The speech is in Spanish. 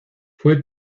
fue